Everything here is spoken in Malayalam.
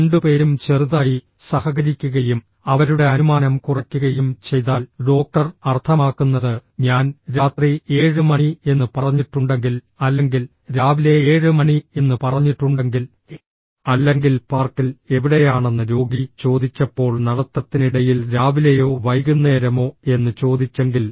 രണ്ടുപേരും ചെറുതായി സഹകരിക്കുകയും അവരുടെ അനുമാനം കുറയ്ക്കുകയും ചെയ്താൽ ഡോക്ടർ അർത്ഥമാക്കുന്നത് ഞാൻ രാത്രി 7 മണി എന്ന് പറഞ്ഞിട്ടുണ്ടെങ്കിൽ അല്ലെങ്കിൽ രാവിലെ 7 മണി എന്ന് പറഞ്ഞിട്ടുണ്ടെങ്കിൽ അല്ലെങ്കിൽ പാർക്കിൽ എവിടെയാണെന്ന് രോഗി ചോദിച്ചപ്പോൾ നടത്തത്തിനിടയിൽ രാവിലെയോ വൈകുന്നേരമോ എന്ന് ചോദിച്ചെങ്കിൽ